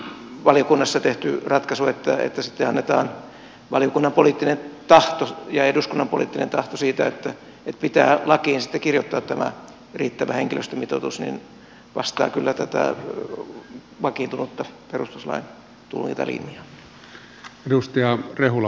nythän tämä valiokunnassa tehty ratkaisu että annetaan valiokunnan poliittinen tahto ja eduskunnan poliittinen tahto siitä että pitää lakiin kirjoittaa tämä riittävä henkilöstömitoitus vastaa kyllä tätä vakiintunutta perustuslain tulkintalinjaa